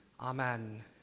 Amen